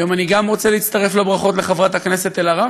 היום אני רוצה להצטרף לברכות לחברת הכנסת אלהרר,